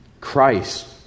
christ